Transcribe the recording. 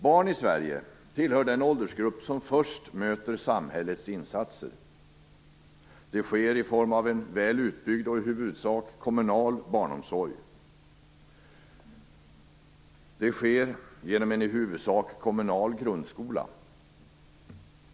Barn i Sverige tillhör den åldersgrupp som först möter samhällets insatser. Det sker i form av en väl utbyggd och i huvudsak kommunal barnomsorg. Det sker genom en i huvudsak kommunal grundskola.